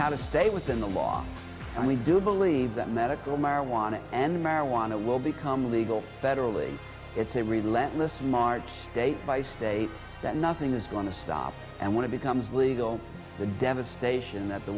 how to stay within the law and we do believe that medical marijuana and marijuana will become legal federally it's a really let list marked state by state that nothing is going to stop and when it becomes legal the devastation that the